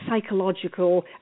psychological